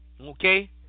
Okay